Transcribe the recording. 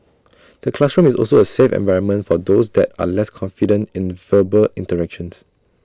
A classroom is also A safe environment for those that are less confident in verbal interactions